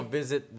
visit